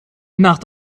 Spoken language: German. nach